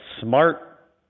smart